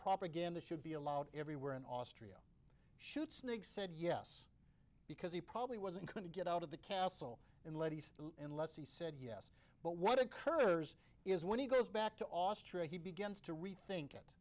propaganda should be allowed everywhere in austria should snigs said yes because he probably wasn't going to get out of the castle in letty's unless he said yes but what occurs is when he goes back to austria he begins to rethink it